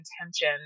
intention